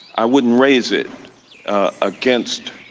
i wouldn't raise it against